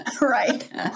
right